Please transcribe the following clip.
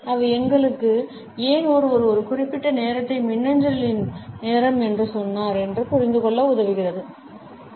அவை எங்களுக்கு ஏன் ஒருவர் ஒரு குறிப்பிட்ட நேரத்தை மின்னஞ்சலின் நேரம் என்று சொன்னார் என புரிந்துகொள்ள உதவுகின்றன ஆம்